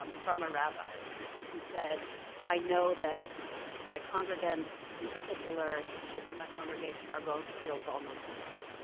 um from a rabbi who said i know that my congregants, in particular the kids in my congregation, are going to feel vulnerable now.